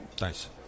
Nice